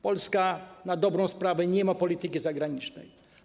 Polska na dobrą sprawę nie ma polityki zagranicznej.